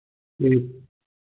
ठीक